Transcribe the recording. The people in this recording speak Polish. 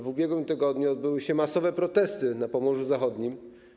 W ubiegłym tygodniu odbyły się masowe protesty na Pomorzu Zachodnim.